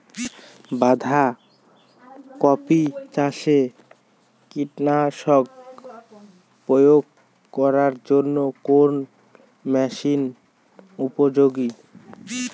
বাঁধা কপি চাষে কীটনাশক প্রয়োগ করার জন্য কোন মেশিন উপযোগী?